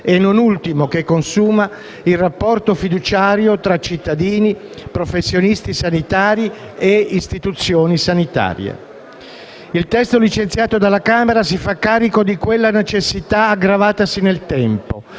e, non ultimo, che consuma il rapporto fiduciario tra cittadini, professionisti sanitari e istituzioni sanitarie. Il testo licenziato dalla Camera si fa carico di quella necessità, aggravatasi nel tempo,